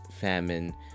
famine